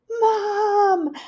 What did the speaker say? Mom